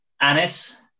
Anis